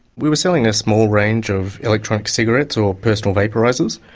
we were selling a small range of electronic cigarettes or personal vaporisers.